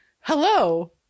hello